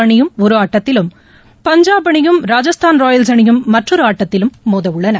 அணியும் ஒரு ஆட்டத்திலும் பஞ்சாப் அணியும் ராஜஸ்தாள் அணியும் மற்றொரு ஆட்டத்திலும் மோதவுள்ளன